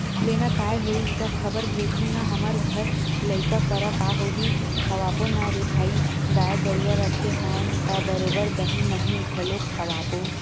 लेना काय होइस गा खबर भेजहूँ ना हमर घर लइका करा का होही खवाबो ना रे भई गाय गरुवा रखे हवन त बरोबर दहीं मही घलोक खवाबो